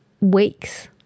weeks